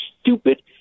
stupid